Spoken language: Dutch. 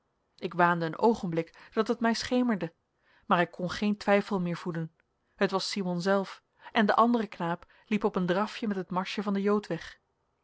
ik waande een oogenblik dat het mij schemerde maar ik kon geen twijfel meer voeden het was simon zelf en de andere knaap liep op een drafje met het marsje van den jood weg